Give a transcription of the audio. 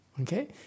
Okay